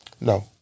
No